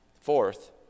Fourth